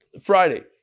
Friday